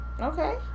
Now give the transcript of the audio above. Okay